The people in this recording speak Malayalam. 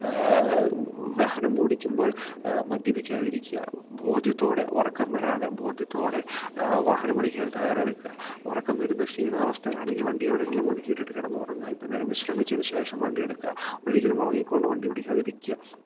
വാഹനം ഓടിക്കുമ്പോള് മദ്യപിക്കാതിരിക്കുക ബോധ്യത്തോടെ ഉറക്കം വരാതെ ബോധ്യത്തോടെ വാഹനമോടിക്കാന് തയ്യാറെടുക്കുക ഉറക്കം വരുന്ന ക്ഷീണം അവസ്ഥയിലാണെങ്കിൽ വണ്ടി എവിടെങ്കിലും ഒതുക്കി ഇട്ടിട്ട് കിടന്ന് ഉറങ്ങുക അല്പ്പനേരം വിശ്രമിച്ചതിന് ശേഷം വണ്ടി എടുക്കുക ഒരിക്കലും ഉറങ്ങിക്കൊണ്ട് വണ്ടി ഓടിക്കാതിരിക്കുക